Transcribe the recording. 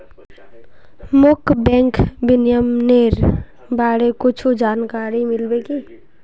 मोक बैंक विनियमनेर बारे कुछु जानकारी मिल्बे की